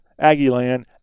Aggieland